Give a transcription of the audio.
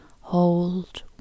hold